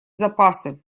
запасы